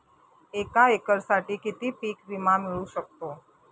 एका एकरसाठी किती पीक विमा मिळू शकतो?